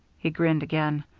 he grinned again.